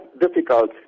difficult